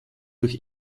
durch